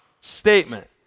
statement